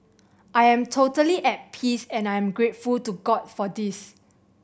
I am totally at peace and I'm grateful to God for this